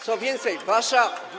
Co więcej, wasza.